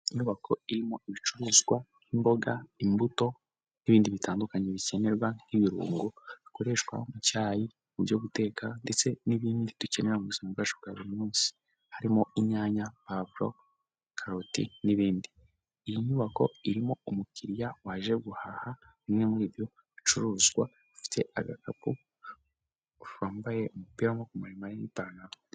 Inyubako irimo ibicuruzwa nk'imboga, imbuto n'ibindi bitandukanye bikenerwa nk'ibirungo bikoreshwa mu cyayi, mu byo guteka ndetse n'ibindi dukenera mu buzima bwacu bwa buri munsi, harimo inyanya, pavuro, karoti n'ibindi. Iyi nyubako irimo umukiriya waje guhaha bimwe muri ibyo bicuruzwa, ufite agakapu, wambaye umupira w'amaboko maremare n'ipantaro.